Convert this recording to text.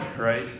right